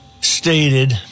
stated